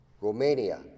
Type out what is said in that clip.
Romania